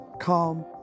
calm